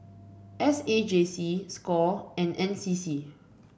S A J C Score and N C C